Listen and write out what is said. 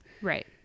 Right